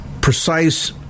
precise